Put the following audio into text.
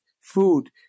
food